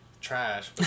Trash